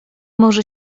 może